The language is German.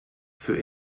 für